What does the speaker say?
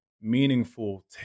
meaningful